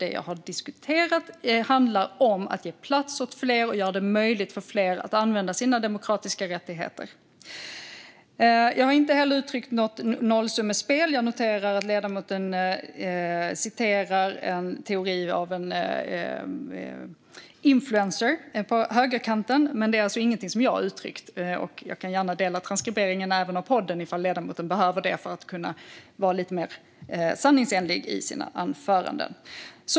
Det jag har diskuterat handlar om att ge plats för fler och göra det möjligt för fler att använda sina demokratiska rättigheter. Jag har inte heller uttryckt mig kring något nollsummespel. Jag noterar att ledamoten citerar en teori av en influencer på högerkanten; det är alltså ingenting som jag har uttryckt. Jag kan gärna dela transkriberingen av podden ifall ledamoten behöver det för att kunna vara lite mer sanningsenlig i sina anföranden.